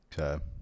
Okay